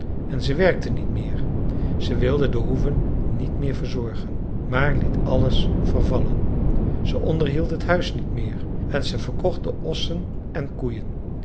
en ze werkte niet meer ze wilde de hoeve niet meer verzorgen maar liet alles vervallen ze onderhield het huis niet meer en ze verkocht de ossen en koeien